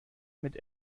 mit